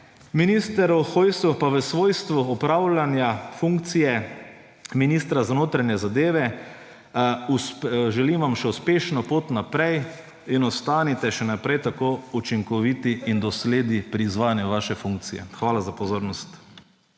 Ministru Hojsu pa v svojstvu opravljanja funkcije ministra za notranje zadeve želim še uspešno pot naprej in ostanite še naprej tako učinkoviti in dosledni pri izvajanju vaše funkcije. Hvala za pozornost.